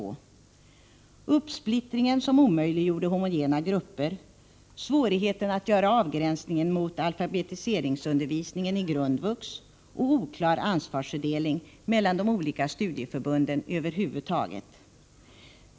Jag avser då uppsplittringen som omöjliggjorde homogena grupper, svårigheten att göra en avgränsning mot alfabetiseringsundervisningen i grundvux och den oklara ansvarsfördelningen mellan de olika studieanordnarna över huvud taget.